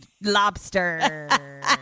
lobster